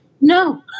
no